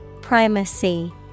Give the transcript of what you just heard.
Primacy